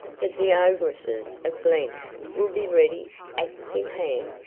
that the ogresses of glen will be ready axe in hand,